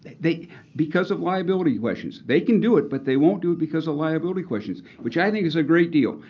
they because of liability questions. they can do it, but they won't do it because of liability questions, which i think is a great deal.